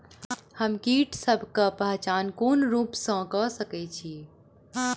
हम कीटसबक पहचान कोन रूप सँ क सके छी?